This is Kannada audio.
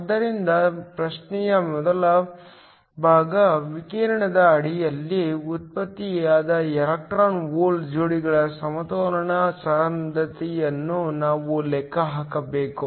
ಆದ್ದರಿಂದ ಪ್ರಶ್ನೆಯ ಮೊದಲ ಭಾಗ ವಿಕಿರಣದ ಅಡಿಯಲ್ಲಿ ಉತ್ಪತ್ತಿಯಾದ ಎಲೆಕ್ಟ್ರಾನ್ ಹೋಲ್ ಜೋಡಿಗಳ ಸಮತೋಲನ ಸಾಂದ್ರತೆಯನ್ನು ನಾವು ಲೆಕ್ಕ ಹಾಕಬೇಕು